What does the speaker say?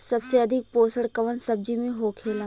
सबसे अधिक पोषण कवन सब्जी में होखेला?